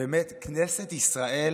באמת כנסת ישראל